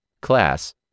class